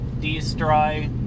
destroy